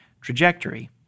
trajectory